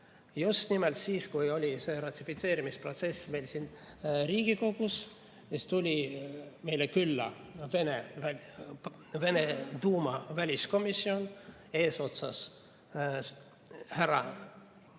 Just nimelt siis, kui oli see ratifitseerimisprotsess meil siin Riigikogus, tuli meile külla Vene duuma väliskomisjon eesotsas härra